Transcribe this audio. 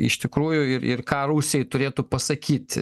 iš tikrųjų ir ir ką rusijai turėtų pasakyti